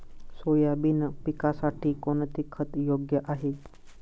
Soybean पिकासाठी कोणते खत योग्य आहे?